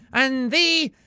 and thee,